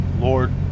Lord